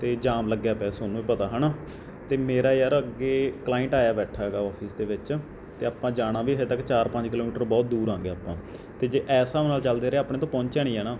ਅਤੇ ਜਾਮ ਲੱਗਿਆ ਪਿਆ ਤੁਹਾਨੂੰ ਵੀ ਪਤਾ ਹੈ ਨਾ ਅਤੇ ਮੇਰਾ ਯਾਰ ਅੱਗੇ ਕਲਾਈਂਟ ਆਇਆ ਬੈਠਾ ਹੈਗਾ ਔਫਿਸ ਦੇ ਵਿੱਚ ਅਤੇ ਆਪਾਂ ਜਾਣਾ ਵੀ ਹਾਲੇ ਤੱਕ ਚਾਰ ਪੰਜ ਕਿਲੋਮੀਟਰ ਬਹੁਤ ਦੂਰ ਹੈਗੇ ਆਪਾਂ ਅਤੇ ਜੇ ਇਸ ਹਿਸਾਬ ਨਾਲ ਚੱਲਦੇ ਰਹੇ ਆਪਣੇ ਤੋਂ ਪਹੁੰਚਿਆ ਨਹੀਂ ਜਾਣਾ